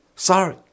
Sorry